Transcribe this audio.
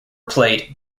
played